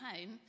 home